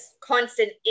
constant